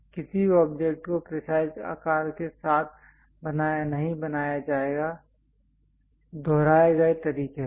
किसी भी ऑब्जेक्ट को प्रिसाइज आकार के साथ नहीं बनाया जाएगा दोहराए गए तरीके से